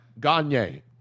Gagne